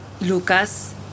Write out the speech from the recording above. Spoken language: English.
Lucas